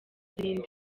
zirinda